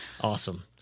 Awesome